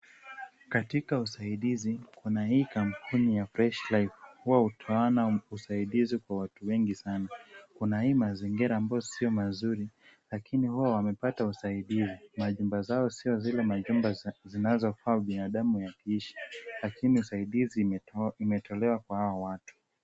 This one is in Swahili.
Katika usaidizi kuna hii kampuni ya fresha life huwa hutoana usaidizi kwa watu wengi sana. Kuna hii mazingira ambayo sio mazuri lakini huwa wamepata usaidizi majumba zao sio zile majumba zinazofaa binadamu yakiishi lakini usaidizi imetolewa kwa hawa watu.